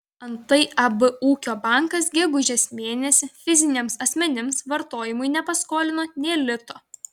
antai ab ūkio bankas gegužės mėnesį fiziniams asmenims vartojimui nepaskolino nė lito